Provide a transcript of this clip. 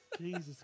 Jesus